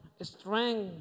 Strength